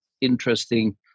interesting